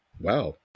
Wow